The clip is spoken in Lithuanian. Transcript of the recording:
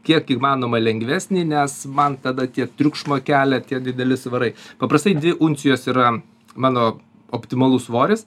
kiek įmanoma lengvesnį nes man tada tie triukšmą kelia tie dideli svarai paprastai dvi uncijos yra mano optimalus svoris